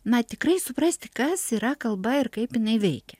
na tikrai suprasti kas yra kalba ir kaip jinai veikia